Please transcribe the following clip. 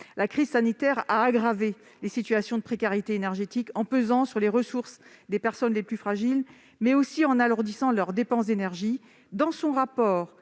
La crise sanitaire a aggravé les situations de précarité énergétique, en pesant sur les ressources des personnes les plus fragiles, mais aussi en alourdissant leurs dépenses d'énergie. Dans son rapport